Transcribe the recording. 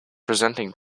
preventing